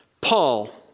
Paul